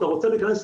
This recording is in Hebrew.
אתה רוצה להיכנס?